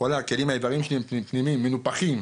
כל האברים הפנימיים